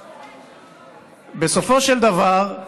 בסופו של דבר,